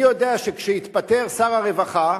אני יודע שכשהתפטר שר הרווחה,